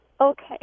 Okay